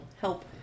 help